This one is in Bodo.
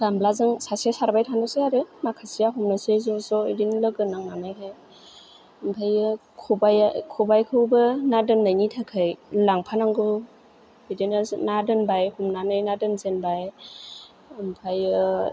गामलाजों सासे सारबाय थानोसै आरो माखासेआ हमनोसै ज' ज' बिदिनो लोगो नांनानैहाय ओमफ्रायो खबाइखौबो ना दोननायनि थाखाय लांफानांगौ बिदिनो ना दोनबाय हमनानै ना दोनजेनबाय ओमफ्रायो